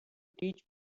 teach